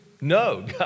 No